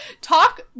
talk